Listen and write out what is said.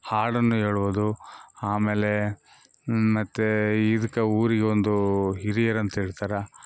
ಹಾಡನ್ನು ಹೇಳುವುದು ಆಮೇಲೆ ಮತ್ತು ಇದ್ಕೆ ಊರಿಗೊಂದು ಹಿರಿಯರು ಅಂತ ಹೇಳ್ತರ